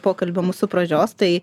pokalbio mūsų pradžios tai